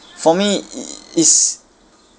for me i~ it's